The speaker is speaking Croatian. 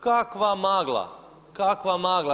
Kakva magla, kakva magla.